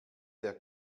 der